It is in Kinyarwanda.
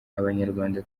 abanyarwanda